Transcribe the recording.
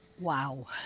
Wow